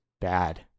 bad